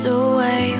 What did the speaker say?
away